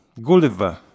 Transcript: Gulliver